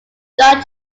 john